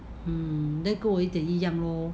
mm then 跟我一点一样 lor